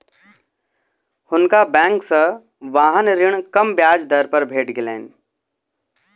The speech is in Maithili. हुनका बैंक से वाहन ऋण कम ब्याज दर पर भेट गेलैन